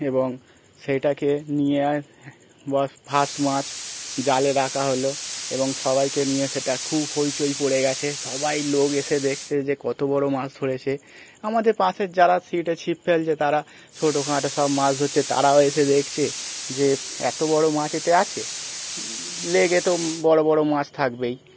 এবং সেটাকে নিয়ে বস ফাস্ট মাছ জালে রাখা হলো এবং সবাইকে নিয়ে সেটা খুব হইচই পড়ে গেছে সবাই লোক এসে দেখছে যে কত বড়ো মাছ ধরেছে আমাদের পাশের যারা সিটে ছিপ ফেল যে তারা ছোটো খাটো সব মাছ ধরছে তারাও এসে দেখছে যে এতো বড়ো মাছ এতে আছে লেগে তো বড়ো বড়ো মাছ থাকবেই